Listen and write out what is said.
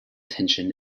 tension